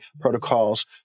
protocols